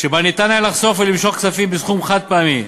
שבה ניתן היה לחסוך ולמשוך כספים בסכום חד-פעמי.